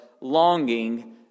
longing